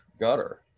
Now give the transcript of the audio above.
Gutter